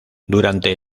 durante